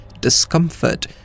discomfort